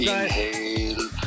Inhale